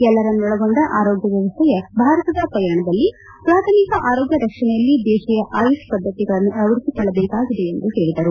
ಎಲ್ಲರನ್ನೊಳಗೊಂಡ ಆರೋಗ್ಯ ವ್ಯವಸ್ಥೆಯ ಭಾರತದ ಪಯಣದಲ್ಲಿ ಪ್ರಾಥಮಿಕ ಆರೋಗ್ಯ ರಕ್ಷಣೆಯಲ್ಲಿ ದೇಶೀಯ ಆಯುಷ್ ಪದ್ಧತಿಗಳನ್ನು ಅಳವಡಿಸಕೊಳ್ಳಬೇಕಾಗಿದೆ ಎಂದು ಹೇಳಿದರು